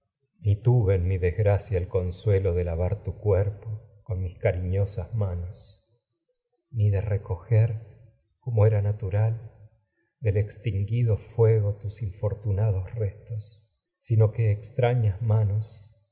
hermana tu tuve mi desgra cia el consuelo de lavar cuerpo era con mis cariñosas manos do ni de recoger como tus natural del extingui sino que fuego te infortunados cuidado hasta restos extrañas pe manos